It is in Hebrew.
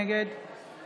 נגד